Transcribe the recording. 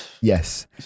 Yes